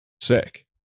Sick